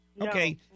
Okay